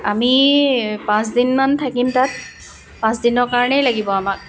আমি পাঁচদিনমান থাকিম তাত পাঁচদিনৰ কাৰণেই লাগিব আমাক